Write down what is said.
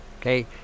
Okay